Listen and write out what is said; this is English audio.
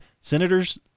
senators